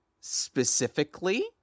specifically